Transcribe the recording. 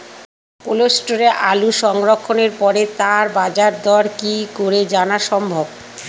Cold স্টোরে আলু সংরক্ষণের পরে তার বাজারদর কি করে জানা সম্ভব?